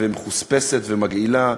ומחוספסת ומגעילה,